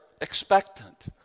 expectant